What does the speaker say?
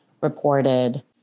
reported